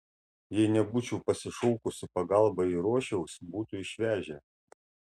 jei nebūčiau pasišaukus į pagalbą eirošiaus būtų išvežę